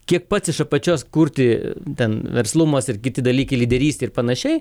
kiek pats iš apačios kurti ten verslumas ir kiti dalykai lyderystė ir panašiai